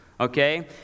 Okay